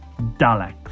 Daleks